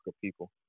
people